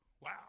Wow